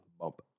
bump